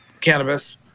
cannabis